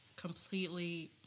completely